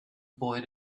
boy